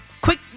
quick